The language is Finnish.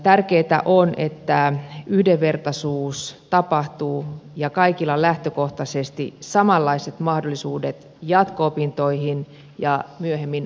tärkeätä on että yhdenvertaisuus tapahtuu ja kaikilla on lähtökohtaisesti samanlaiset mahdollisuudet jatko opintoihin ja myöhemmin ammatinvalintaan